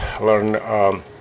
learn